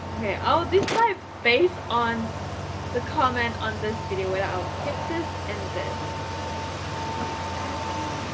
okay. oh this side based on the comment on this video where i'll keep this and this say he'll be fancy